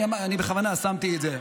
אני בכוונה שמתי את זה.